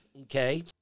Okay